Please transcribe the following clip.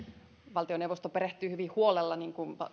valtioneuvosto perehtyy hyvin huolella niin kuin